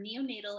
Neonatal